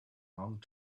long